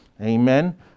Amen